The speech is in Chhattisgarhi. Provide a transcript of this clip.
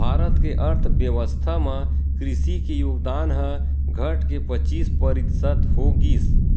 भारत के अर्थबेवस्था म कृषि के योगदान ह घटके पचीस परतिसत हो गिस